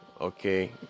okay